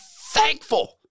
thankful